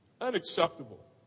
Unacceptable